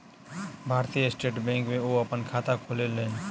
भारतीय state bank में ओ अपन खाता खोलौलेन